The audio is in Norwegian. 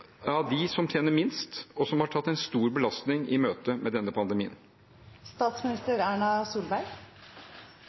som tjener minst, og som har tatt en stor belastning i møte med denne